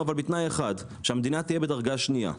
בתנאי אחד: שמדינת ישראל תהיה בדרגה שניה.